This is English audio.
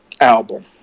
Album